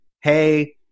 Hey